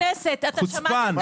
חוצפן.